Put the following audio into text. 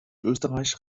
österreich